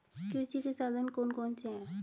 कृषि के साधन कौन कौन से हैं?